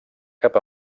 cap